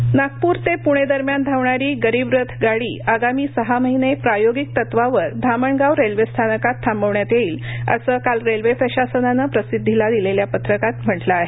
railway Nagpur ते प्णे दरम्यान धावणारी गरिबरथ गाडी आगामी सहा महिने प्रायोगिक तत्वावर धामणगाव रेल्वे स्थानकात थांबवण्यात येईल असं काल रेल्वे प्रशासनानं प्रसिद्धीला दिलेल्या पत्रकात म्हटलं आहे